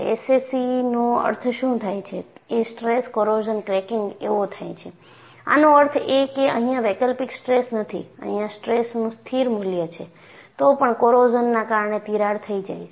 SCC નો અર્થ શું થાય છે એ સ્ટ્રેસ કોરોઝન ક્રેકીંગ એવો થાય છે આનો અર્થ એ કે અહિયાં વૈકલ્પિક સ્ટ્રેસ નથી અહિયાં સ્ટ્રેસનું સ્થિર મૂલ્ય છે તો પણ કોરોઝનના કારણે તિરાડ થઈ જાય છે